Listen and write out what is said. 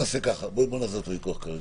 בואו נעזוב את הוויכוח כרגע.